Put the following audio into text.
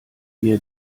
ihr